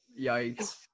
Yikes